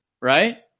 right